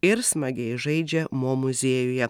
ir smagiai žaidžia mo muziejuje